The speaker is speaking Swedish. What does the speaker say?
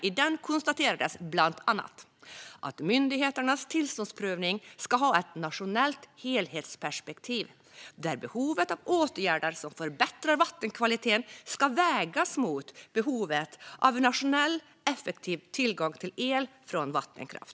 I den konstaterades bland annat att myndigheternas tillståndsprövning ska ha ett nationellt helhetsperspektiv, där behovet av åtgärder som förbättrar vattenkvaliteten ska vägas mot behovet av en nationell effektiv tillgång till el från vattenkraft.